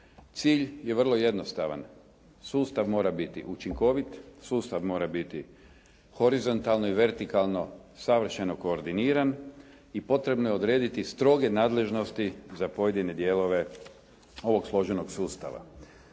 Cilj je vrlo jednostavan. Sustav mora biti učinkovit. Sustav mora biti horizontalno i vertikalno savršeno koordiniran i potrebno je odrediti stroge nadležnosti za pojedine dijelove ovog složenog sustava.